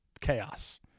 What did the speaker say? chaos